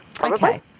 Okay